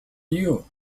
you